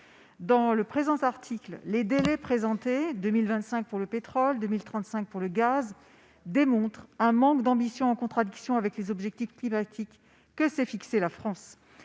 dans le présent article- 2025 pour le pétrole, 2035 pour le gaz -démontrent un manque d'ambition en contradiction avec les objectifs climatiques que s'est fixés la France.